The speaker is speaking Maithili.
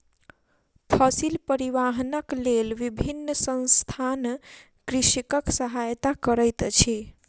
फसिल परिवाहनक लेल विभिन्न संसथान कृषकक सहायता करैत अछि